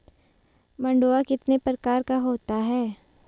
मंडुआ कितने प्रकार का होता है?